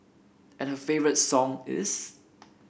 and her favourite song is